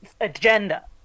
agenda